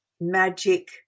magic